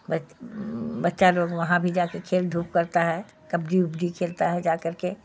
بچ بچہ لوگ وہاں بھی جا کے کھیل دھوپ کرتا ہے کبڈی اوبڈی کھیلتا ہے جا کر کے